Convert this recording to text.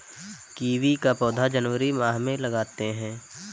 kiwi का पौधा जनवरी माह में लगाते हैं